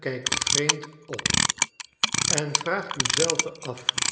kijkt vreemd op en vraagt u zelven af